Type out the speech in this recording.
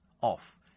off